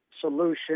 solution